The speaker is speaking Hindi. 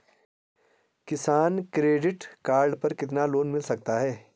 किसान क्रेडिट कार्ड पर कितना लोंन मिल सकता है?